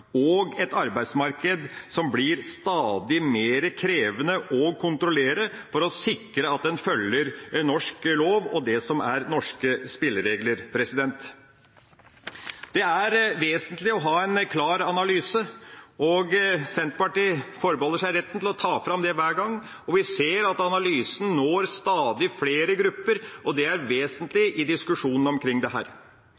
og et arbeidsmarked som blir stadig mer krevende å kontrollere for å sikre at en følger norsk lov og det som er norske spilleregler. Det er vesentlig å ha en klar analyse, og Senterpartiet forbeholder seg retten til å ta fram det hver gang. Vi ser at analysen når stadig flere grupper, og det er vesentlig